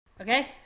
Okay